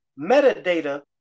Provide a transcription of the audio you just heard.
metadata